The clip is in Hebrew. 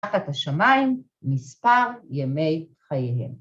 תחת השמיים, מספר ימי חייהם.